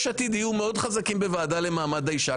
יש עתיד יהיו מאוד חזקים בוועדה למעמד האישה,